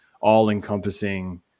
all-encompassing